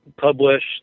published